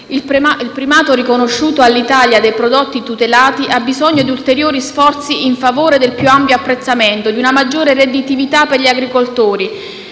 Il primato riconosciuto all'Italia dei prodotti tutelati ha bisogno di ulteriori sforzi in favore del più ampio apprezzamento; di una maggiore redditività per gli agricoltori;